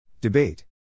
Debate